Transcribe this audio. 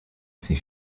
ses